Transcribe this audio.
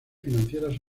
financieras